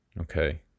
okay